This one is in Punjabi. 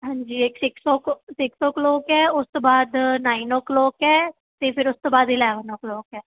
ਹਾਂਜੀ ਏਕ six o six o'clock ਹੈ ਉਸ ਤੋਂ ਬਾਅਦ ਨਾਈਨ ਓ ਕਲੋਕ ਹੈ ਅਤੇ ਫਿਰ ਉਸ ਤੋਂ ਬਾਅਦ ਈਲੈਵਨ ਓ ਕਲੋਕ ਹੈ